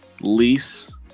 lease